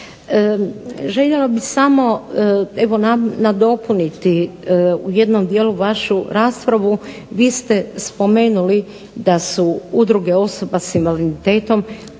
Željela bih samo evo nadopuniti u jednom dijelu vašu raspravu. Vi ste spomenuli da su udruge osoba sa invaliditetom